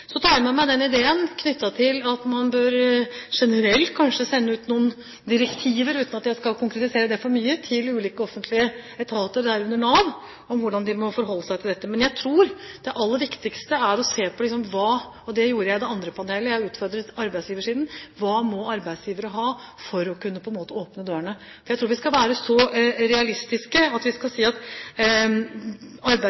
Så tar jeg med meg ideen om at man generelt kanskje bør sende ut noen direktiver, uten at jeg skal konkretisere det for mye, til ulike offentlige etater, herunder Nav, om hvordan de må forholde seg til dette. Jeg tror det aller viktigste er å se på – og det gjorde jeg i det andre panelet, jeg utfordret arbeidsgiversiden – hva må arbeidsgivere ha for å kunne åpne dørene? Jeg tror vi skal være så realistiske at vi skal